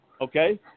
Okay